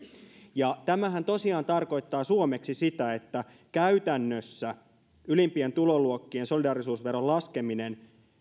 ja tämähän tosiaan tarkoittaa suomeksi sitä että käytännössä staattisessa laskelmassa ylimpien tuloluokkien solidaarisuusveron laskeminen